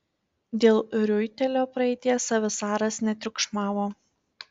dėl riuitelio praeities savisaras netriukšmavo